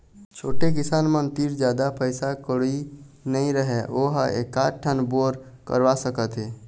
छोटे किसान मन तीर जादा पइसा कउड़ी नइ रहय वो ह एकात ठन बोर करवा सकत हे